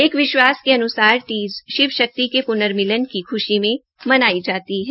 एक विश्वास के अन्सार तीज शिव शक्ति के प्नर मिलन की ख्शी में मनाई जाती है